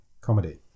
Comedy